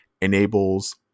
enables